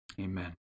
amen